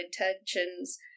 intentions